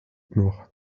noch